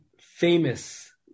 famous